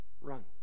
Run